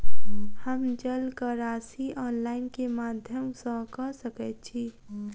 हम जलक राशि ऑनलाइन केँ माध्यम सँ कऽ सकैत छी?